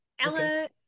Ella